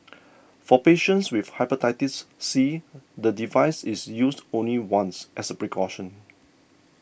for patients with Hepatitis C the device is used only once as a precaution